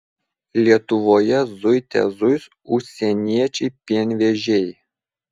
lietuvoje zuite zuis užsieniečiai pienvežiai